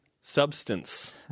substance